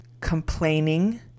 complaining